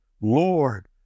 Lord